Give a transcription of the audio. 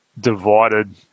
divided